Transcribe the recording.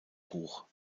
hoch